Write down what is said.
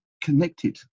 connected